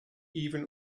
even